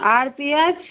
আর পিঁয়াজ